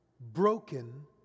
broken